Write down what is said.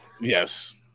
yes